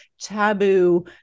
taboo